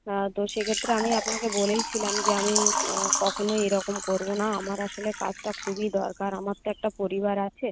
হ্যাঁ তো সেক্ষেত্রে আমি আপনাকে বলেইছিলাম যে আমি কখনই এরকম করব না আমার আসলে কাজটা খুবই দরকার আমার তো একটা পরিবার আছে